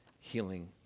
healing